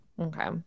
Okay